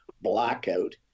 blackout